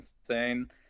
insane